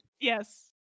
Yes